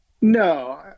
No